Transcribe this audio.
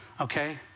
okay